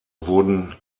wurden